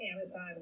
amazon